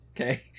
okay